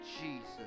Jesus